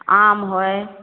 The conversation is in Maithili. आम होय